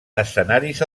escenaris